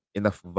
enough